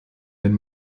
wenn